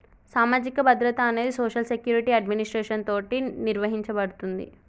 సామాజిక భద్రత అనేది సోషల్ సెక్యురిటి అడ్మినిస్ట్రేషన్ తోటి నిర్వహించబడుతుంది